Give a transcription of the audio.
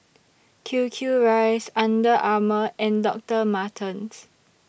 Q Q Rice Under Armour and Doctor Martens